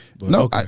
No